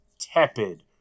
tepid